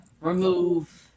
remove